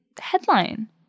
headline